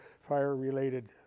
fire-related